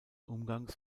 umgangs